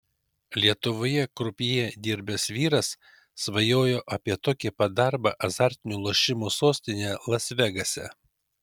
lietuvoje krupjė dirbęs vyras svajojo apie tokį pat darbą azartinių lošimų sostinėje las vegase